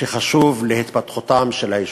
שחשוב להתפתחותם של היישובים.